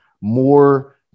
more